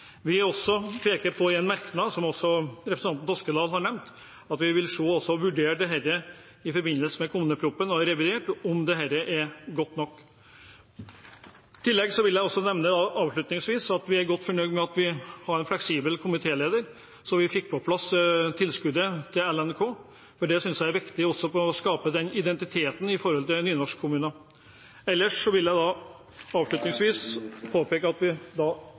vi også pekte på i forbindelse med kommuneproposisjonen at vi ville komme tilbake til. I en merknad peker vi også på – noe også representanten Toskedal har nevnt – at vi i forbindelse med kommuneproposisjonen og revidert vil se på og vurdere om dette er godt nok. Avslutningsvis vil jeg nevne at vi er godt fornøyd med at vi har en fleksibel komitéleder, slik at vi fikk på plass tilskuddet til Landssamanslutninga av nynorskkommunar, LNK, for det synes jeg er viktig for å skape identitet for nynorskkommuner. Jeg vil ellers påpeke at vi